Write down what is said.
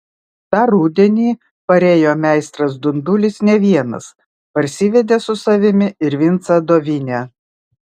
tą rudenį parėjo meistras dundulis ne vienas parsivedė su savimi ir vincą dovinę